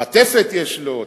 מעטפת יש לו,